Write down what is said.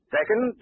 Second